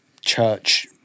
church